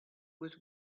with